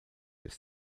its